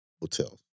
hotels